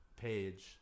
page